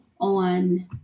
on